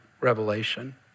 revelation